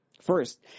First